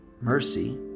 mercy